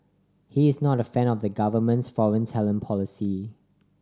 he is not a fan of the government's foreign talent policy